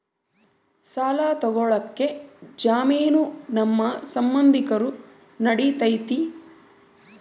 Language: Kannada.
ಸಾಲ ತೊಗೋಳಕ್ಕೆ ಜಾಮೇನು ನಮ್ಮ ಸಂಬಂಧಿಕರು ನಡಿತೈತಿ?